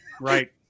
Right